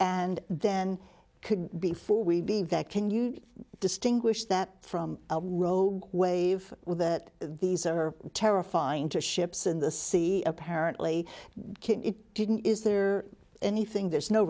and then could before we believe that can you distinguish that from a rogue wave that these are terrifying to ships in the sea apparently it didn't is there anything there's no